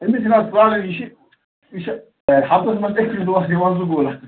أمِس جِناب ترٛاونے نہٕ یہِ چھُ یہِ چھُ ہفتس منٛز أکِس دۄہس یِوان سکوٗل